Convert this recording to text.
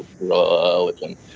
religion